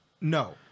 No